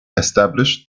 established